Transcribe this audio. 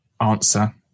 answer